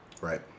Right